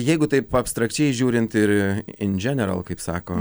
jeigu taip abstrakčiai žiūrint ir in dženeral kaip sako